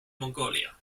mongolia